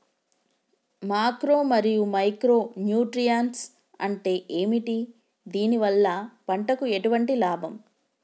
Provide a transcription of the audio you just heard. Macro మరియు micro nutrients అంటే ఏమిటి? దీనివల్ల పంటకు ఎటువంటి లాభం?